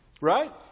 Right